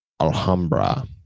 alhambra